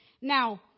Now